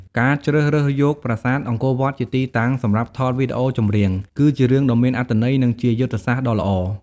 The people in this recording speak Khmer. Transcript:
ការជ្រើសរើសយកប្រាសាទអង្គរវត្តជាទីតាំងសម្រាប់ថតវីដេអូចម្រៀង គឺជារឿងដ៏មានអត្ថន័យ និងជាយុទ្ធសាស្ត្រដ៏ល្អ។